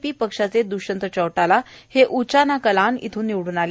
P पक्षाचे दुष्यंत चौटाला हे उचाना कलान इथून निवड्ण आले